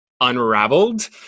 unraveled